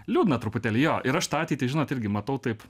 liūdna truputėlį jo ir aš tą ateitį žinot irgi matau taip